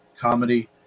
comedy